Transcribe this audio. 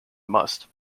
must